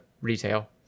retail